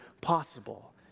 possible